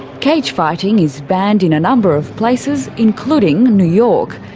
cage fighting is banned in a number of places, including new york.